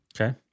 Okay